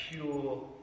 pure